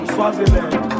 Swaziland